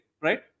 right